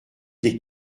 des